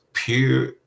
pure